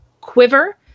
Quiver